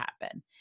happen